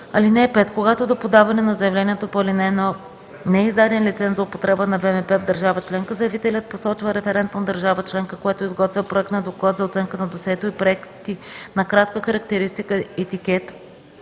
(5) Когато до подаване на заявление по ал. 1 не е издаден лиценз за употреба на ВМП в държава членка, заявителят посочва референтна държава членка, която изготвя проект на доклад за оценка на досието и проекти на кратка характеристика, етикет